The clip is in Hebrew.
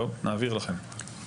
אז נעביר לכם את הנתונים.